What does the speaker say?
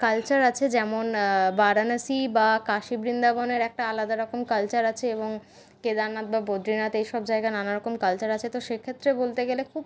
culture আছে যেমন বারাণসী বা কাশী বৃন্দাবনের একটা আলাদা রকম কালচার আছে এবং কেদারনাথ বা বদ্রীনাথের এইসব জায়গার নানারকম কালচার আছে তো সেইক্ষেত্রে বলতে গেলে খুব